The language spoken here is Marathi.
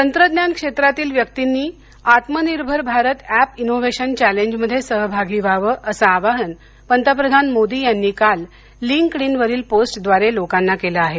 तंत्रज्ञान क्षेत्रातील व्यक्तींनी आत्मनिर्भर भारत ऍप इनोव्हेशन चॅलेंजमध्ये सहभागी व्हावं असं आवाहन पंतप्रधान मोदी यांनी काल लिंक्ड इन वरील पोस्टद्वारे लोकांना केलं आहे